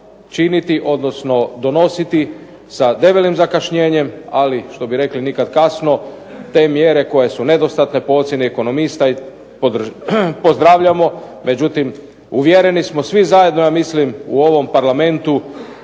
činiti odnosno donositi sa debelim zakašnjenjem, ali što bi rekli nikad kasno. Te mjere koje su nedostatne po ocjeni ekonomista pozdravljamo, međutim uvjereni smo svi zajedno ja mislim u ovom Parlamentu